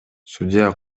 судья